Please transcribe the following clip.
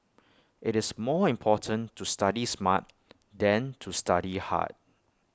IT is more important to study smart than to study hard